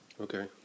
Okay